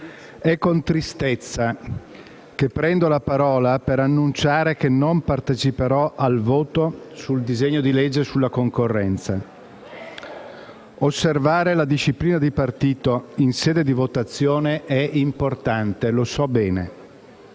è con tristezza che prendo la parola per annunciare che non parteciperò al voto sul disegno di legge sulla concorrenza. Osservare la disciplina di partito in sede di votazione è importante, lo so bene,